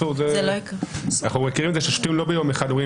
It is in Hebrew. אנחנו מכירים את זה ששופטים לא ביום אחד אומרים